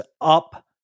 up